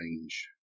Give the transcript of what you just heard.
range